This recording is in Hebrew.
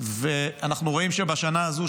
ואנחנו רואים שבשנה הזו,